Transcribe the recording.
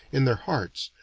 in their hearts,